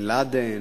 בן-לאדן,